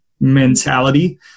mentality